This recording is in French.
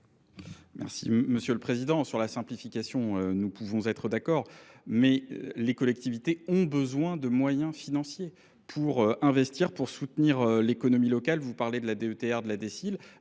Merci Monsieur le Président. Sur la simplification, nous pouvons être d'accord, mais les collectivités ont besoin de moyens financiers pour investir, pour soutenir l'économie locale. Vous parlez de la DETR, de la DECIL.